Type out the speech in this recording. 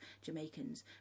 Jamaicans